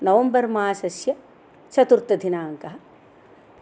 November मासस्य चतुर्तदिनाङ्कः